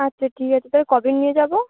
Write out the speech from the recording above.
আচ্ছা ঠিক আছে তা কবে নিয়ে যাব